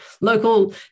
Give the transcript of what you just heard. local